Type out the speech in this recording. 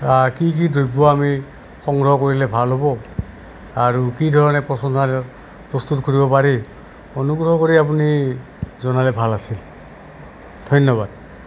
কি কি দ্ৰব্য আমি সংগ্ৰহ কৰিলে ভাল হ'ব আৰু কি ধৰণে পচন সাৰ প্ৰস্তুত কৰিব পাৰি অনুগ্ৰহ কৰি আপুনি জনালে ভাল আছিল ধন্যবাদ